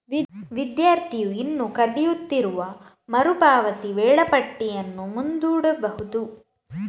ವಿದ್ಯಾರ್ಥಿಯು ಇನ್ನೂ ಕಲಿಯುತ್ತಿರುವಾಗ ಮರು ಪಾವತಿ ವೇಳಾಪಟ್ಟಿಯನ್ನು ಮುಂದೂಡಬಹುದು